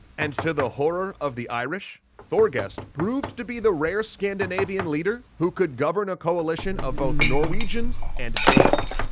and to the horror of the irish, thorgest proved to be the rare scandinavian leader who could govern a coalition of both the norwegians and danes.